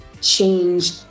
change